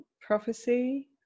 prophecy